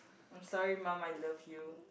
I'm sorry mum I love you